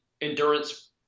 endurance